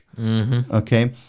Okay